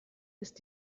ist